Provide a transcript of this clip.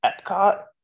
Epcot